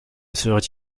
seraient